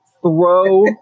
throw